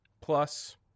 plus